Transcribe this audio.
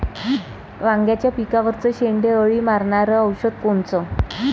वांग्याच्या पिकावरचं शेंडे अळी मारनारं औषध कोनचं?